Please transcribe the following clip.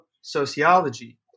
Sociology